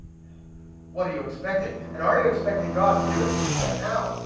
what are you expecting and are you expecting god to do it right now